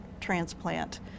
transplant